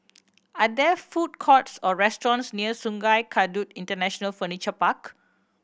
are there food courts or restaurants near Sungei Kadut International Furniture Park